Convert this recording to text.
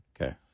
Okay